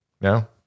No